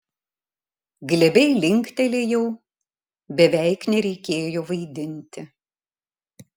glebiai linktelėjau beveik nereikėjo vaidinti